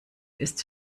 ist